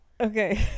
okay